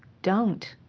don't.